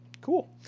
Cool